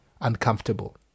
uncomfortable